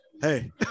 Hey